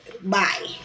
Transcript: bye